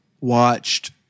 watched